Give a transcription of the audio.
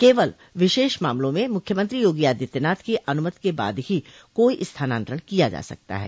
केवल विशेष मामलों में मुख्यमंत्री योगी आदित्यनाथ की अनुमति के बाद ही कोई स्थानान्तरण किया जा सकता है